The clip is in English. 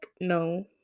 no